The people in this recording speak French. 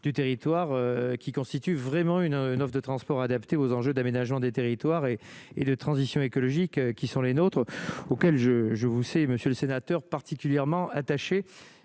du territoire. Qui constitue vraiment une 9 de transport adapté aux enjeux d'aménagement des territoires et et de transition écologique qui sont les nôtres, auquel je, je, vous savez Monsieur le Sénateur, particulièrement attaché,